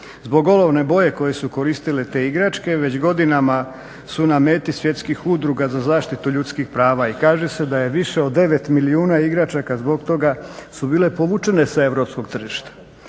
Zbog olovne boje koje su koristile te igračke već godinama su na meti svjetskih udruga za zaštitu ljudskih prava i kaže se da je više od 9 milijuna igračaka zbog toga su bile povučene s europskog tržišta.